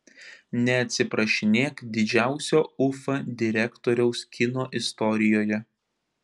neatsiprašinėk didžiausio ufa direktoriaus kino istorijoje